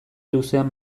luzean